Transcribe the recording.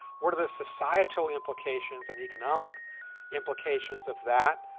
what are the societal implications and economic implications of that?